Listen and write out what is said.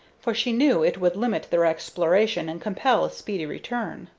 for she knew it would limit their exploration and compel a speedy return.